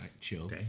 Chill